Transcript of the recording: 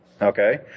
Okay